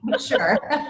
sure